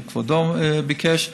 שכבודו ביקש.